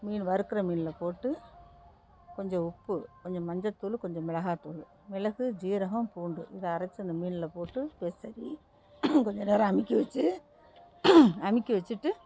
மீன் வறுக்கிற மீனில் போட்டு கொஞ்சம் உப்பு கொஞ்சம் மஞ்சத்தூள் கொஞ்சம் மிளகாத்தூள் மிளகு ஜீரம் பூண்டு இதை அரைத்து அந்த மீனில் போட்டு பெசரி அதை கொஞ்சம் நேரம் அமுக்கி வச்சி அமுக்கி வச்சிட்டு